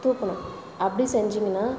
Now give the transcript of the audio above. தூக்கணும் அப்படி செஞ்சிங்கன்னால்